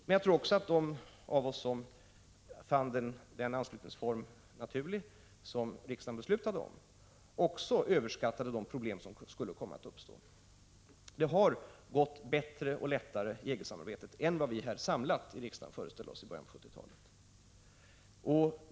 Men jag tror att även de av oss som fann den av riksdagen beslutade anslutningsformen naturlig överskattade de problem som skulle komma att uppstå. EG-samarbetet har gått bättre och lättare än vad vi här i riksdagen i början av 1970-talet föreställde oss.